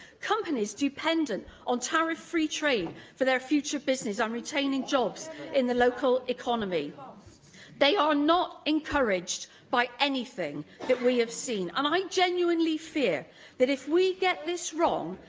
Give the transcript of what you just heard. companies dependent on tariff-free trade for their future business and retaining jobs in the local economy. they are not encouraged by anything that we have seen, and i genuinely fear that if we get this wrong,